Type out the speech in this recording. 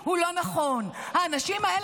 לא בגלל שמה שהם עשו הוא לא נכון.